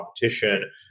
competition